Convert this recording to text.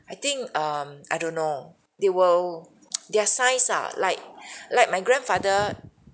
I think um I don't know they will there're signs ah like like my grandfather